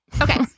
Okay